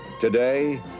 Today